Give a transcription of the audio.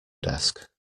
desk